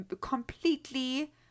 completely